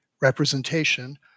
representation